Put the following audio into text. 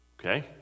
Okay